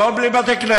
הכול בלי בתי-כנסת,